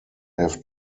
have